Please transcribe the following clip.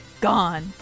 gone